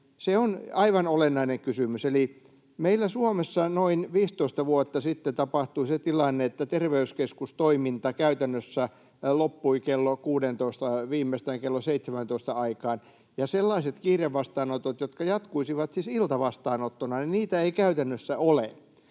se on aivan olennainen kysymys. Eli meillä Suomessa noin 15 vuotta sitten tapahtui se tilanne, että terveyskeskustoiminta käytännössä loppui kello 16:n, viimeistään kello 17:n, aikaan, ja sellaisia kiirevastaanottoja, jotka jatkuisivat siis iltavastaanottoina, ei käytännössä ole.